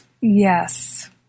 yes